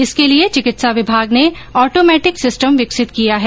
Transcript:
इसके लिए चिकित्सा विभाग ने ऑटोमेटिक सिस्टम विकसित किया है